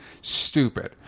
Stupid